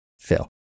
Phil